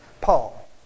Paul